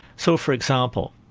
so for example,